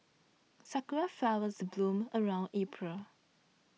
sakura flowers bloom around April